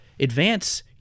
Advance